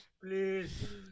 please